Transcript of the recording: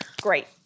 Great